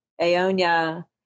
Aonia